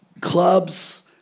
clubs